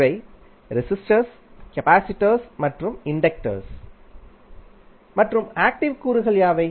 இவை resistors capacitors மற்றும் inductors மற்றும் ஆக்டிவ் கூறுகள் யாவை